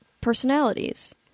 personalities